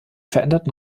veränderten